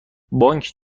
بانک